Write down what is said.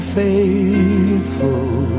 faithful